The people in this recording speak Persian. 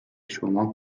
شما